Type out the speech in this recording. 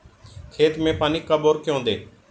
खेत में पानी कब और क्यों दें?